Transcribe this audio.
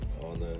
on